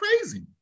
crazy